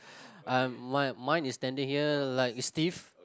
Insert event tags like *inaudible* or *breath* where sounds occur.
*breath* uh mine mine is standing here like stiff